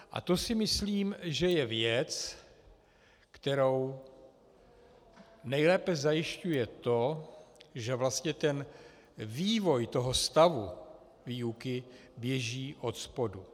A to si myslím, že je věc, kterou nejlépe zajišťuje to, že vlastně vývoj toho stavu výuky běží odspodu.